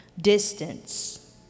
Distance